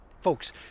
Folks